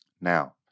now